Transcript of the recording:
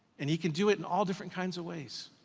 and he can do it in all different kinds of ways.